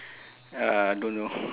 uh don't know